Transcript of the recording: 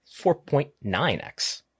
4.9x